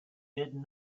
did